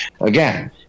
again